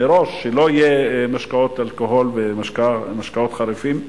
מראש, שלא יהיו משקאות אלכוהול ומשקאות חריפים,